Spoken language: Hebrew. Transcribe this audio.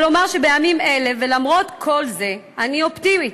אבל אומר שבימים אלה, ולמרות כל זה, אני אופטימית,